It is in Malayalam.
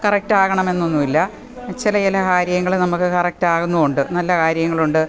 കറക്റ്റ് ആകണമെന്നൊന്നും ഇല്ല ചില ചില കാര്യങ്ങൾ നമുക്ക് കറക്റ്റാകുന്നുണ്ട് നല്ല കാര്യങ്ങളുണ്ട്